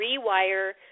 rewire